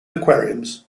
aquariums